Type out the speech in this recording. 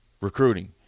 Recruiting